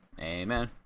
Amen